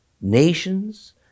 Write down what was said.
nations